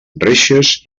reixes